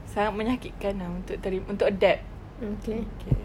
sangat menyakitkan lah untuk teri~ untuk that okay